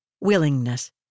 Willingness